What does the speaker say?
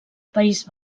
país